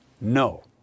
No